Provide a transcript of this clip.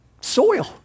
soil